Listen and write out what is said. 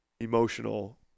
emotional